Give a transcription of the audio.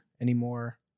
anymore